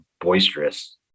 boisterous